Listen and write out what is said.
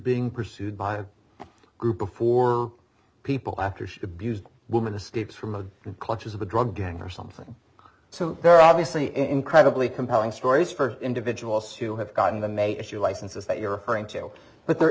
being pursued by a group of four people after she abused woman escapes from the clutches of a drug gang or something so they're obviously incredibly compelling stories for individuals who have gotten the may issue licenses that you're referring to but there